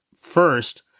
first